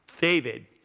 David